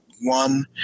one